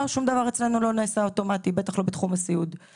שאלת מה